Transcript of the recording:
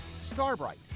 Starbright